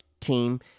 team